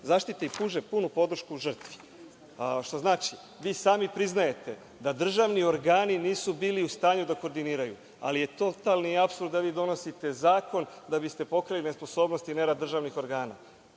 zaštite i pruže punu podršku žrtvi. Što znači, vi sami priznajete da državni organi nisu bili u stanju da koordiniraju, ali je totalni apsurd da vi donosite zakon da biste pokrili nesposobnost i nerad državnih organa. Znači,